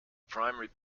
primary